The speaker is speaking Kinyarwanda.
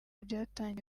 byatangiye